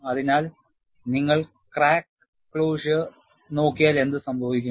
അതിനാൽ നിങ്ങൾ crack closure നോക്കിയാൽ എന്ത് സംഭവിക്കും